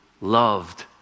loved